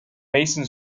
mason